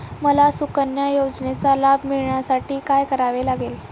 मला सुकन्या योजनेचा लाभ मिळवण्यासाठी काय करावे लागेल?